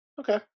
okay